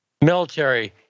military